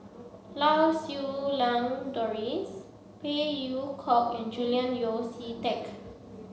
Lau Siew Lang Doris Phey Yew Kok and Julian Yeo See Teck